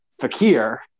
Fakir